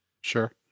Sure